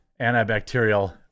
antibacterial